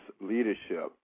leadership